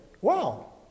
Wow